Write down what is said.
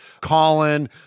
Colin